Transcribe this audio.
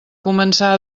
començar